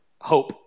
hope